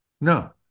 No